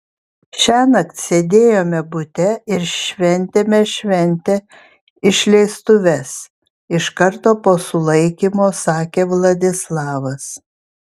šiąnakt sėdėjome bute ir šventėme šventę išleistuves iš karto po sulaikymo sakė vladislavas